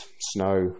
snow